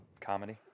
Comedy